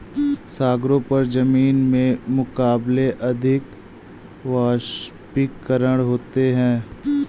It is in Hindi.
सागरों पर जमीन के मुकाबले अधिक वाष्पीकरण होता है